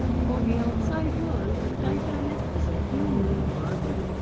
for the outside world, titanic was ah human marvel.